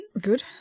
good